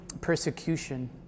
persecution